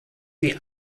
die